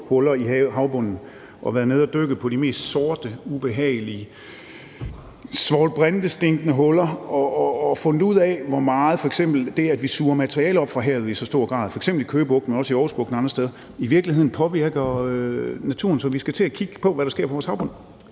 huller i havbunden. Jeg har været nede at dykke på de mest sorte, ubehagelige, svovlbrintestinkende huller og fundet ud af, hvor meget det, at vi f.eks. suger materiale op fra havet i så stor grad – f.eks. i Køge Bugt, men også i Aarhus Bugt og andre steder – i virkeligheden påvirker naturen. Så vi skal til at kigge på, hvad der sker på vores havbund.